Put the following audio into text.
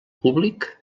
públic